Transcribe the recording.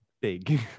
big